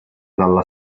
dalla